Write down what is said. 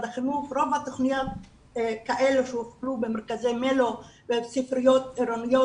החינוך רוב התוכניות כאלה שהוכנו במרכזי מילו"א ובספריות עירוניות